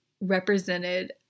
represented